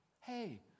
Hey